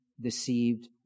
deceived